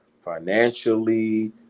financially